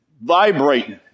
vibrating